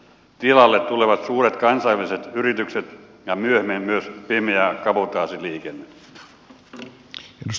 tilalle tulevat suuret kansainväliset yritykset ja myöhemmin myös pimeä kabotaasiliikenne